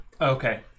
Okay